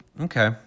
Okay